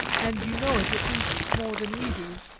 and you know it at least more than we do.